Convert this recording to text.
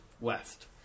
west